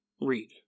read